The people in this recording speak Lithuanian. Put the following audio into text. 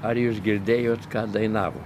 ar jūs girdėjot ką dainavo